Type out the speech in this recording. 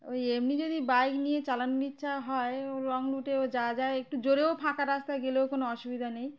ওই এমনি যদি বাইক নিয়ে চালানোর ইচ্ছা হয় ও লং রুটেও যাওয়া যায় একটু জোরেও ফাঁকা রাস্তায় গেলেও কোনো অসুবিধা নেই